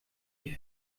die